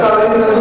לשר אין התנגדות